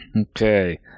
Okay